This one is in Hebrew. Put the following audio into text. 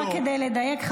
רק כדי לדייק,